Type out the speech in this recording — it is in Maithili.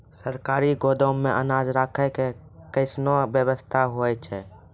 सरकारी गोदाम मे अनाज राखै के कैसनौ वयवस्था होय छै?